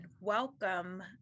welcome